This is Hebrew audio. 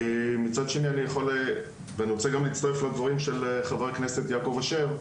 ואני רוצה גם להצטרף לדברים של חבר הכנסת יעקב אשר,